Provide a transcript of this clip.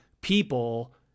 people